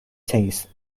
changed